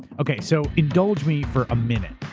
okay, so indulge me for a minute.